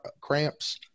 cramps